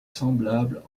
semblable